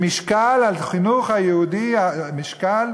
שמשקל החינוך היהודי, משקל,